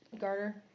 garter